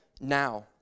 now